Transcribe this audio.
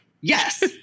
Yes